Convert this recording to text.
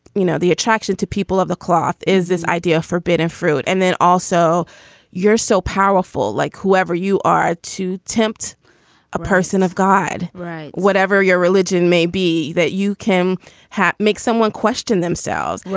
you know, the attraction to people of the cloth is this idea of forbidden fruit. and then also you're so powerful, like whoever you are, to tempt a person of god. right. whatever your religion may be, that you can have make someone question themselves. yeah